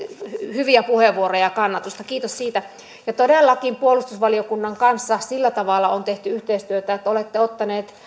hyviä puheenvuoroja ja kannatusta kiitos siitä todellakin puolustusvaliokunnan kanssa sillä tavalla on tehty yhteistyötä että olette ottaneet